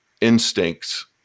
instincts